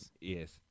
Yes